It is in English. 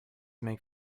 make